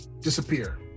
disappear